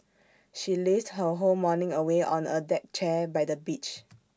she lazed her whole morning away on A deck chair by the beach